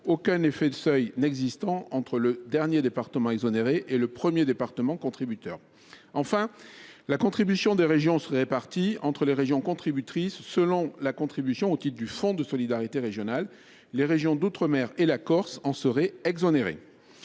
aucun effet de seuil n’existant entre le dernier département exonéré et le premier département contributeur. Enfin, la contribution des régions serait répartie selon la contribution au titre du fonds de solidarité régionale. Les régions d’outre mer et la Corse en seraient exonérées.